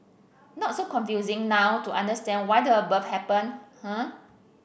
not so confusing now to understand why the above happened eh